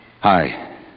Hi